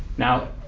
now,